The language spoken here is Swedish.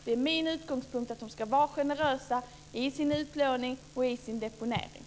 Det är min utgångspunkt att de ska vara generösa i sin utlåning och sin deponering.